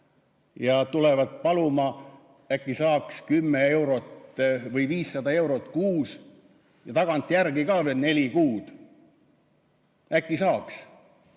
nad tulevad paluma, äkki saaks 10 eurot või 500 eurot kuus ja tagantjärgi ka veel neli kuud. Äkki saaks?